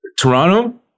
Toronto